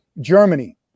Germany